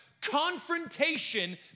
confrontation